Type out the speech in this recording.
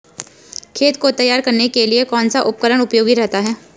खेत को तैयार करने के लिए कौन सा उपकरण उपयोगी रहता है?